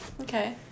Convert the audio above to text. Okay